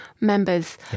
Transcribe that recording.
members